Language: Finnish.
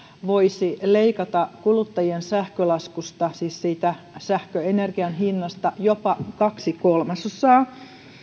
voisi leikata kuluttajien sähkölaskusta siis sähköenergian hinnasta jopa kaksi kolmasosaa